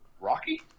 Rocky